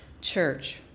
church